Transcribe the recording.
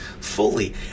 fully